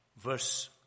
verse